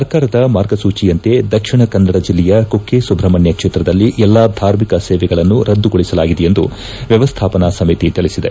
ಸರ್ಕಾರದ ಮಾರ್ಗಸೂಚಿಯಂತೆ ದಕ್ಷಿಣ ಕನ್ನಡ ಜಿಲ್ಲೆಯ ಕುಕ್ಕೆ ಸುಬ್ರಹ್ಮಣ್ಯ ಕ್ಷೇತ್ರದಲ್ಲಿ ಎಲ್ಲಾ ಧಾರ್ಮಿಕ ಸೇವೆಗಳನ್ನು ರದ್ದುಗೊಳಿಸಲಾಗಿದೆ ಎಂದು ವ್ಯವಸ್ಥಾಪನಾ ಸಮಿತಿ ತಿಳಿಸಿದೆ